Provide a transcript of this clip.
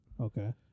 okay